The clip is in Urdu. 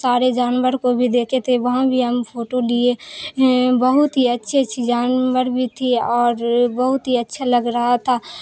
سارے جانور کو بھی دیکھے تھے وہاں بھی ہم فوٹو لیے بہت ہی اچھی اچھی جانور بھی تھی اور بہت ہی اچھا لگ رہا تھا